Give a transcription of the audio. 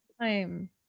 time